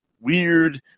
Weird